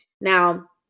Now